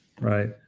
right